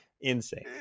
insane